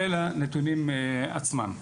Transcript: ועכשיו לנתונים, רק